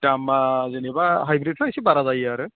दामआ जेनेबा हाइब्रिदफ्रा एसे बारा जायो आरो